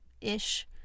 ish